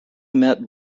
met